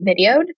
videoed